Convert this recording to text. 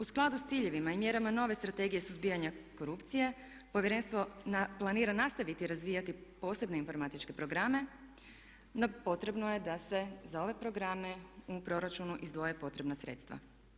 U skladu sa ciljevima i mjerama nove Strategije suzbijanja korupcije Povjerenstvo planira nastaviti razvijati posebne informatičke programe, no potrebno je da se za ove programe u proračunu izdvoje potrebna sredstva.